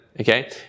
Okay